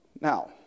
Now